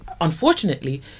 unfortunately